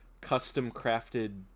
custom-crafted